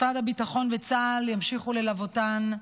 משרד הביטחון וצה"ל ימשיכו ללוותן,